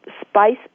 spice